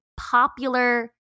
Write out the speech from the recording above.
popular –